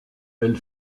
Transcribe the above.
elle